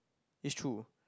it's true